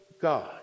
God